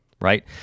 Right